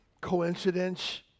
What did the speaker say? coincidence